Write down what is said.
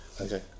Okay